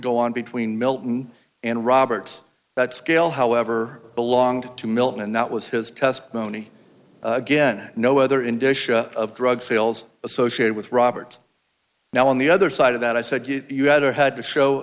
go on between milton and roberts that scale however belonged to milton and that was his testimony again no other in disha of drug sales associated with robert's now on the other side of that i said you had or had to show